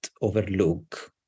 overlook